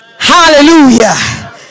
Hallelujah